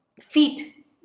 Feet